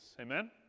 Amen